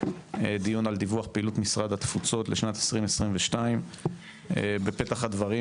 דיון על פעילות משרד התפוצות לשנת 2022. בפתח הדברים,